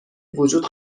وجود